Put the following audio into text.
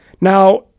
Now